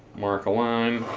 mark a line,